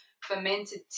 fermented